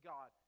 God